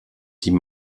die